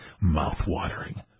Mouth-watering